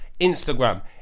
Instagram